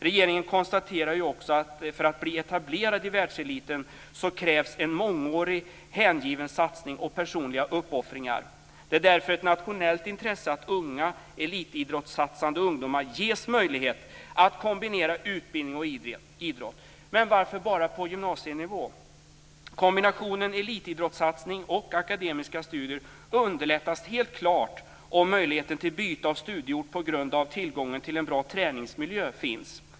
Regeringen konstaterar också att det för att bli etablerad i världseliten krävs en mångårig, hängiven satsning och personliga uppoffringar. Det är därför ett nationellt intresse att unga elitidrottssatsande ungdomar ges möjlighet att kombinera utbildning och idrott. Men varför ska det bara vara på gymnasienivå? Kombinationen elitidrottssatsning och akademiska studier underlättas helt klart om möjligheten till byte av studieort på grund av tillgången till en bra träningsmiljö finns.